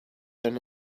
than